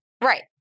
Right